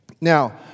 Now